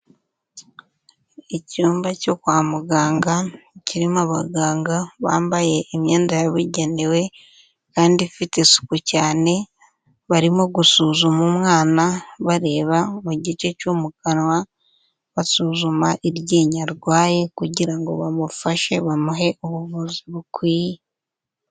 Icyumba cyo kwa muganga kirimo abaganga bambaye imyenda yabugenewe kandi ifite isuku cyane, barimo gusuzuma umwana bareba mu gice cyo mu kanwa basuzuma iryinyo arwaye kugira ngo bamufashe, bamuhe ubuvuzi bukwiye.